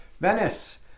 Venice